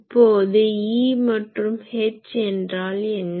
இப்போது E மற்றும் H என்றால் என்ன